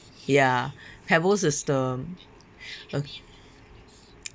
ya pebbles is the a